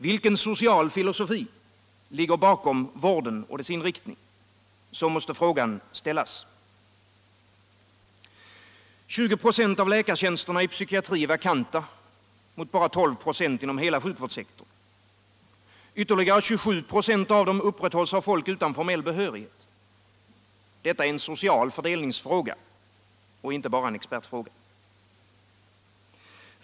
Vilken social filosofi ligger bakom vården och dess inriktning? Så måste frågan ställas. 20 96 av läkartjänsterna i psykiatri är vakanta, mot bara 12 96 inom hela sjukvårdssektorn. Ytterligare 27 26 upprätthålls av folk utan formell behörighet. Detta är en social fördelningsfråga, inte bara en expertfråga.